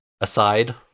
aside